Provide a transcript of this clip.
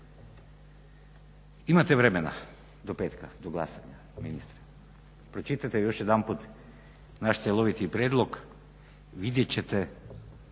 Imate vremena do petka do glasanja ministre, pročitajte još jedanput naš cjeloviti prijedlog, vidjet ćete